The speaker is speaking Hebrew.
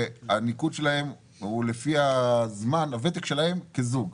והניקוד שלהם הוא לפי הוותק שלהם כזוג.